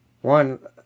One